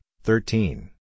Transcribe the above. thirteen